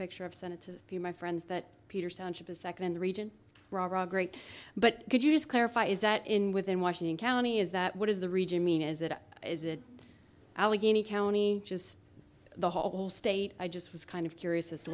picture of send it to you my friends that peter stone ship is second in the region great but could you just clarify is that in within washington county is that what is the region mean is that is it allegheny county just the whole state i just was kind of curious as to